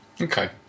Okay